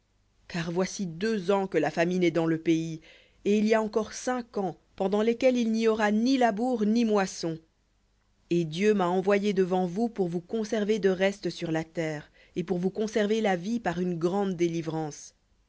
car voici deux ans que la famine est dans le pays et il y a encore cinq ans pendant lesquels il n'y aura ni labour ni moisson et dieu m'a envoyé devant vous pour vous conserver de reste sur la terre et pour vous conserver la vie par une grande délivrance